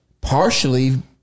partially